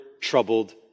troubled